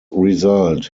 result